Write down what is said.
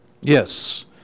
Yes